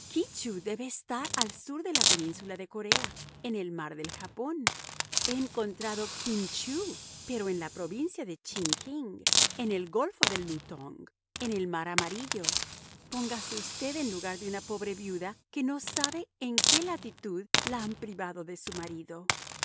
debe estar al sur de la península de corea en el mar del japón he encontrado kin tcheou pero en la provincia de ching king en el golfo de leou toung en el mar amarillo póngase usted en lugar de una pobre viuda que no sabe en qué latitud la han privado de su marido